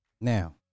Now